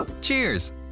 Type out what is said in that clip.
Cheers